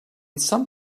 some